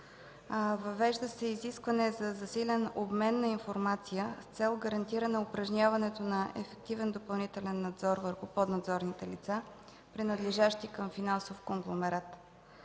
Въвежда се изискване за засилен обмен на информация с цел гарантиране упражняването на ефективен допълнителен надзор върху поднадзорните лица, принадлежащи към финансов конгломерат.